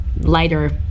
lighter